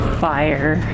fire